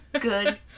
good